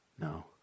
No